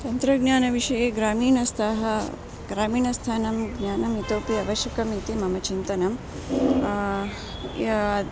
तन्त्रज्ञानविषये ग्रामीणस्थाः ग्रामीणस्थानं ज्ञानम् इतोपि आवश्यकम् इति मम चिन्तनं यः